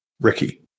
Ricky